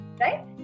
right